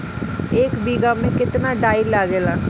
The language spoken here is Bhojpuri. एक बिगहा में केतना डाई लागेला?